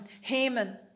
Haman